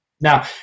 Now